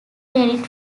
credit